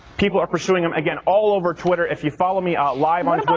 people are pursuing um again all over footer if you follow me all like um i